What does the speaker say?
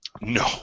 No